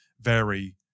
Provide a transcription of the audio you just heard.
vary